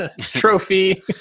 trophy